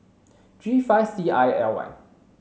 G five C I L Y